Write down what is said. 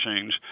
change